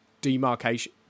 demarcation